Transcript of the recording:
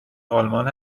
آلمان